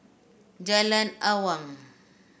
Jalan Awang